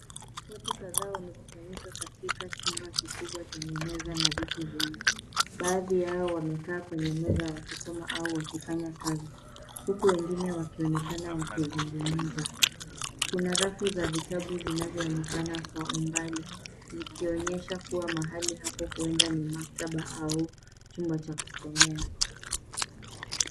Watu kadhaa wamekusanyika katika chumba kikubwa chenye meza na viti vingi. Baadhi yao wamekaa kwenye meza wakisoma au wakifanya kazi huku wengine wakionekana wakizungumza. Kuna rafu za vitabu zinazoonekana Kwa mbali, zikionyesha huenda mahali hapo ni maktaba au chumba cha kusomea.